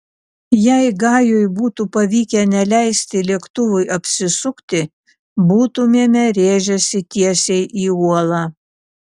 jei gajui būtų pavykę neleisti lėktuvui apsisukti būtumėme rėžęsi tiesiai į uolą